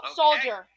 soldier